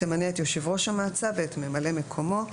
תמנה את יושב ראש המועצה ואת ממלא מקומו,